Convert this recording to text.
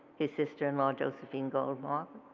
his sister in law josephine goldmark,